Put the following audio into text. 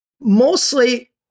mostly